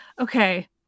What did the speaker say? okay